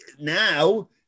now